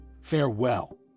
Farewell